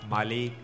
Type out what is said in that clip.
Mali